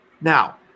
Now